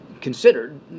considered